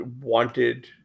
wanted